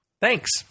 Thanks